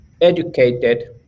educated